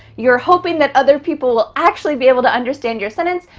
you're hoping that other people will actually be able to understand your sentence,